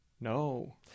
No